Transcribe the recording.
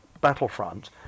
battlefront